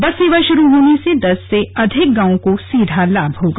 बस सेवा शुरू होने से दस से अधिक गांवों को सीधा लाभ होगा